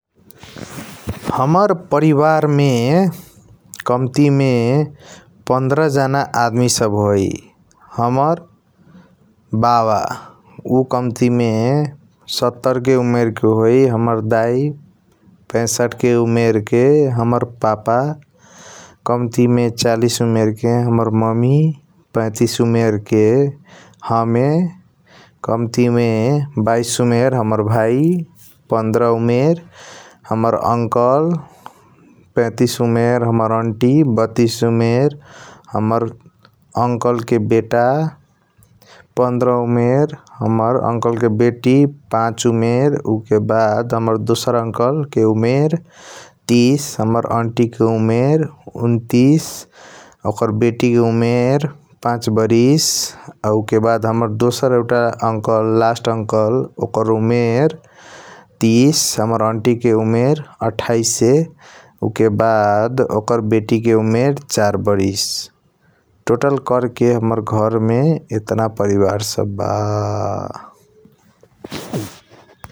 हाम्रा परिवार मे कामती मे पन्द्र जाना आदमी सब होई हाम्रा बाबा उ कामती मे सतर के उमेर के होई हाम्रा दाई पैसता के उमेर के । हाम्रा पापा कमती चालीस उमेर के हाम्रा ममी पैथिस उमेर के हमे कमती मे बाइस हाम्रा भाई पन्द्र उमेर हाम्रा अंकल पैतीस उमेर । हाम्रा आंटी बस्तिस उमेर हाम्रा अंकल ले बेटा पन्द्र उमेर हाम्रा बेटी पाच उमेर उकेबाद हाम्रा दोसार अंकल के उमेर तीस हाम्रा आंटी के उमेर उनतीस । ओकर बेटी के उमेर पाच बरिस उके बाद हमर दोसार एउटा अंकल लस्त अंकल के उमेर तीस हाम्रा आंटी के उमेर आठाईस उके बाद ओकर बेटी के । उमेर चार बरिस टोटल आकर के हमर घर मे यातना परिवार सब बा ।